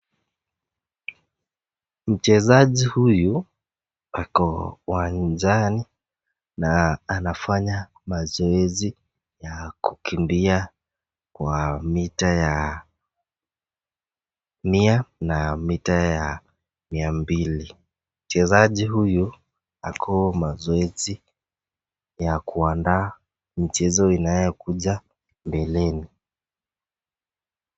Mchezaji huyu ako uwanjani na anafanya mazoezi ya kukimbia kwa mita ya mia na mita ya mia mbili, mchezaji hutu ako mazoezi ya kuandaa michezo inayokuja mbeleni.